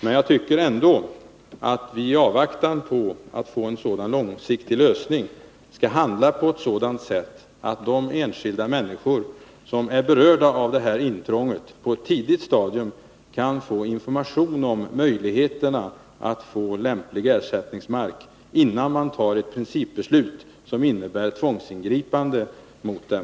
Men jag tycker ändå att vi i avvaktan på att få en sådan långsiktig lösning skall handla på ett sådant sätt att de enskilda människor som är berörda av detta intrång på ett tidigt stadium kan få information om möjligheterna till lämplig ersättningsmark innan ett principbeslut fattas som innebär tvångsingripande mot dem.